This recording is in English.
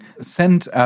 sent